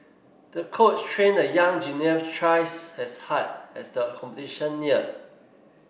the coach trained the young gymnast twice as hard as the competition neared